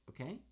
Okay